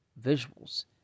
visuals